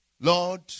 Lord